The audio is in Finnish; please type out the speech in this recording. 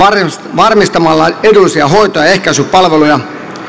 varmistamalla edullisia hoito ja ehkäisypalveluja